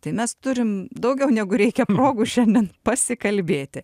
tai mes turim daugiau negu reikia progų šiandien pasikalbėti